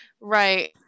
Right